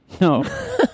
No